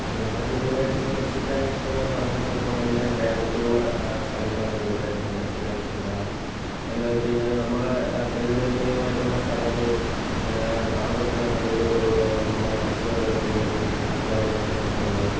ഇപ്പോൾ ഞാൻ കൂടുതലായിട്ട് സന്ദർശിക്കാൻ ഇഷ്ടമുള്ള സ്ഥലങ്ങൾ എന്ന് ഒക്കെ പറഞ്ഞ് കഴിഞപഞ്ഞാൽ കേരളത്തിലുള്ള സ്ഥലങ്ങൾ ആണ് കൂടുതലായിട്ടും സന്ദർശിക്കാൻ ഇഷ്ടം കാരണം എന്താണെന്ന് വെച്ച് കഴിഞ്ഞാൽ നമ്മുടെ പ്രകൃതി രമണീയമായിട്ടുള്ള സ്ഥലങ്ങൾ കാണുമ്പോൾ തന്നെ നല്ല ഒരു നമ്മുടെ മനസ്സിന് നല്ല കുളിർമയും അങ്ങനത്ത കാര്യങ്ങളൊക്കെ നമുക്ക് ഉണ്ടാകും